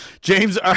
James